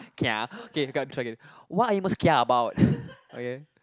kia okay come try again what are you most kia about okay